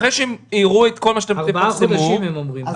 אחרי שהם יראו את כל מה שתפרסמו --- הם אומרים שזה ייקח ארבעה חודשים.